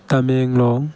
Tamenglong